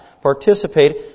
participate